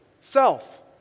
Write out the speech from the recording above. self